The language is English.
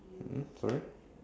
um sorry